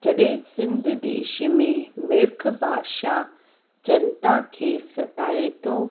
जॾे सिंधु देश में मिर्ख बादशाह जनता खे सताए थो